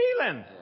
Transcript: feeling